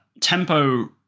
tempo